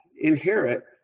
inherit